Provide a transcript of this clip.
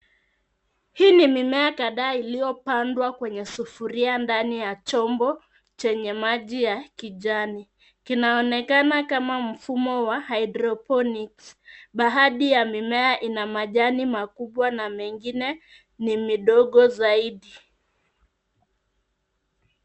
Hii ni mimea kadhaa iliyopandwa kwenye sufuria ndani ya chombo chenye maji ya kijani. Kinaonekana kama mfumo wa hydroponics . Baadhi ya mimea ina majani makubwa na mengine ni midogo zaidi.